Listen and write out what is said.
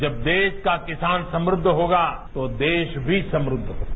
जब देश का किसान समृद्ध होगा तो देश भी समृद्ध होगा